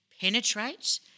penetrate